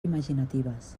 imaginatives